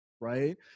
right